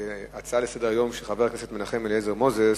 ההצעה לסדר-היום של חבר הכנסת מנחם אליעזר מוזס